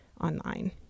online